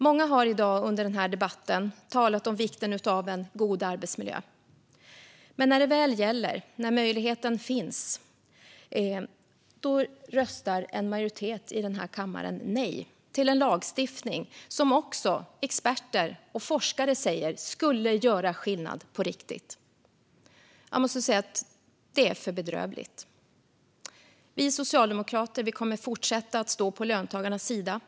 Många har under den här debatten talat om vikten av en god arbetsmiljö, men när det väl gäller - när möjligheten finns - röstar en majoritet i kammaren nej till en lagstiftning som även experter och forskare säger skulle göra skillnad på riktigt. Jag måste säga att det är för bedrövligt. Vi socialdemokrater kommer att fortsätta stå på löntagarnas sida.